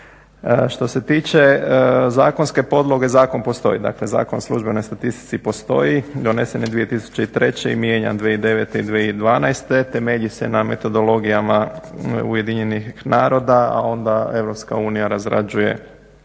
Što se tiče zakonske podloge zakon postoji. Dakle Zakon o službenoj statistici postoji, donesen je 2003.i mijenjan 2009.i 2012.temelji se na metodologijama UN-a, a onda EU razrađuje